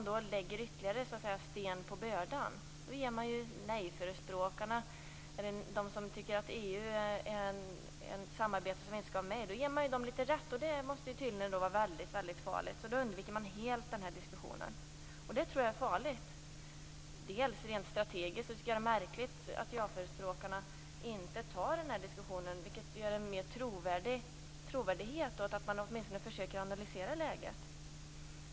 Då läggs ytterligare sten på börda. Då ges nej-förespråkarna rätt. Det måste tydligen vara väldigt farligt. Då undviker man helt diskussionen. Det är farligt. Bl.a. är det märkligt att ja-förespråkarna inte tar diskussionen. Det skulle göra dem mer trovärdiga om de åtminstone försöker analysera läget.